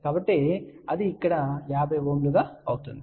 కాబట్టి అది ఇక్కడ 50 Ω గా అవుతుంది